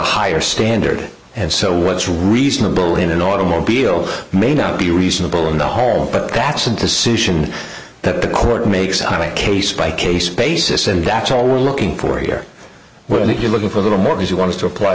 higher standard and so what's reasonable in an automobile may not be reasonable in the home but that's a decision that the court makes on a case by case basis and that's all we're looking for here well and if you're looking for the more you want to apply